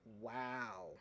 Wow